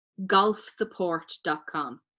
golfsupport.com